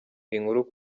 inkuru